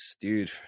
dude